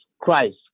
Christ